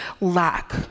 lack